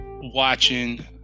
watching